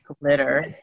Glitter